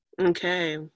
Okay